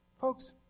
folks